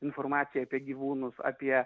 informacija apie gyvūnus apie